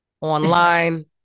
online